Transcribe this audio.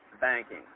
banking